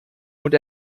und